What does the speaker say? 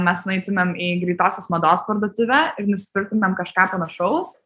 mes nueitumėm į greitosios mados parduotuvę ir nusipirktumėm kažką panašaus